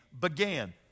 began